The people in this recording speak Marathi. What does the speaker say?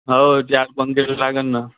हो जॅक पण तिकडं लागेल ना